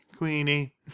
Queenie